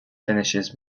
finishes